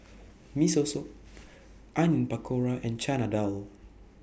Miso Soup Onion Pakora and Chana Dal